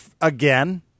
again